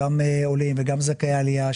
גם עולים וגם זכאי עלייה,